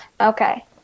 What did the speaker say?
Okay